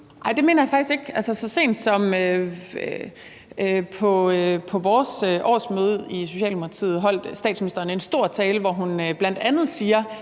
Det mener jeg faktisk ikke. Så sent som på vores årsmøde i Socialdemokratiet holdt statsministeren en stor tale, hvor hun bl.a. sagde,